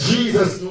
Jesus